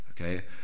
Okay